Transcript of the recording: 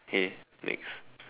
okay next